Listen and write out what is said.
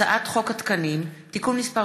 הצעת חוק התקנים (תיקון מס'